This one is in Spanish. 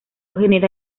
genera